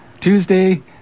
Tuesday